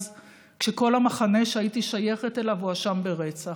כשכל המחנה שהייתי שייכת אליו הואשם ברצח,